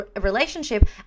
relationship